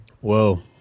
Whoa